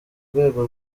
rwego